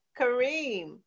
Kareem